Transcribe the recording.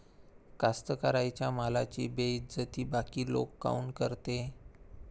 कास्तकाराइच्या मालाची बेइज्जती बाकी लोक काऊन करते?